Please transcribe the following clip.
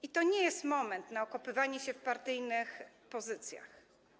I to nie jest moment na okopywanie się na partyjnych pozycjach.